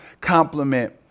compliment